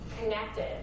Connected